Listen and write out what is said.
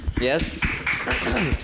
Yes